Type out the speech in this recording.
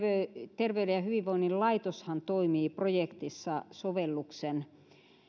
terveyden ja hyvinvoinnin laitoshan toimii projektissa sovelluksen